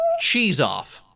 cheese-off